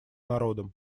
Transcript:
народом